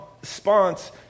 response